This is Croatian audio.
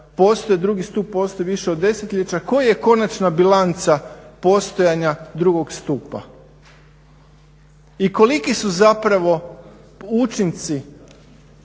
2. stup postoji više od desetljeća, koji je konačna bilanca postojanja drugog stupa. I koliki su zapravo učinci